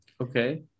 Okay